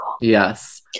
yes